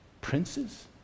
Princes